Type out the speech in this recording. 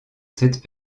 cette